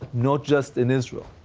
not just in israel.